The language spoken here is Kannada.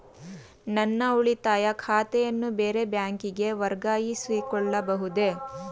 ನನ್ನ ಉಳಿತಾಯ ಖಾತೆಯನ್ನು ಬೇರೆ ಬ್ಯಾಂಕಿಗೆ ವರ್ಗಾಯಿಸಿಕೊಳ್ಳಬಹುದೇ?